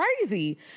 crazy